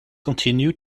continue